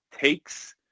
takes